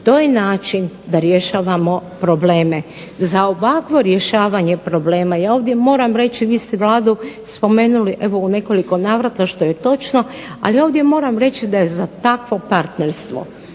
To je način da rješavamo probleme. Za ovakvo rješavanje problema, ja ovdje moram reći vi ste Vladu spomenuli evo u nekoliko navrata što je točno. Ali ovdje moram reći da je za takvo partnerstvo